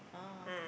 oh